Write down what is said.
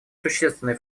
существенный